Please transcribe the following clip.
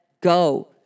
go